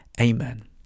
Amen